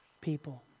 people